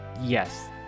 Yes